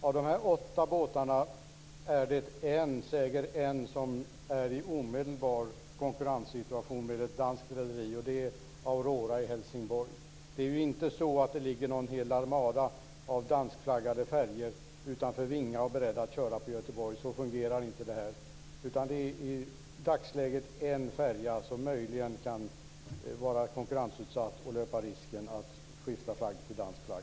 Av dessa åtta fartyg är det ett, säger ett, som befinner sig i en omedelbar konkurrenssituation med ett danskt rederi. Det är Aurora i Helsingborg. Det är inte så att det ligger en hel armada av danskflaggade färjor utanför Vinga som är beredda att köra på Göteborg. Så fungerar inte detta. I dagsläget är det en färja som möjligen kan vara konkurrensutsatt och löpa risken att skifta flagg till dansk flagg.